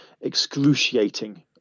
excruciating